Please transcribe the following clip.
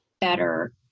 better